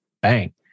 Bang